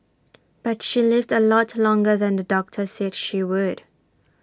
but she lived A lot longer than the doctor said she would